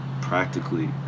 practically